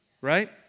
right